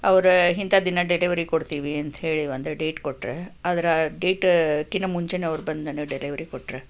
ಅವರು ಇಂಥ ದಿನ ಡೆಲಿವರಿ ಕೊಡ್ತೀವಿ ಅಂತ ಹೇಳಿ ಒಂದು ಡೇಟ್ ಕೊಟ್ಟರು ಅದರ ಡೇಟಕಿನ ಮುಂಚೆಯೇ ಅವರು ಬಂದು ನಮಗೆ ಡೆಲಿವರಿ ಕೊಟ್ಟರು